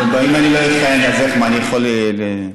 אז מה זה אומר?